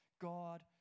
God